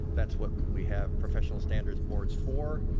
that's what we have professional standards boards for.